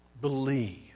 believe